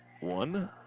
one